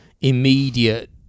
immediate